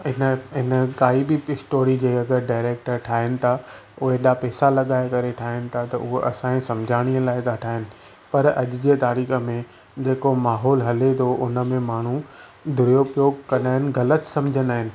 इन इन काई बि स्टोरी जे अगरि डायरेक्टर ठाहिनि था हू एॾा पैसा लगाए करे ठाहिनि था त उहा असांजे सम्झाणीअ लाइ था ठाहिनि पर अॼु जे तारीख़ में जेको माहौल हले थो उन में माण्हू दुरुपयोगु कंदा आहिनि ग़लति सम्झंदा आहिनि